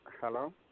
Hello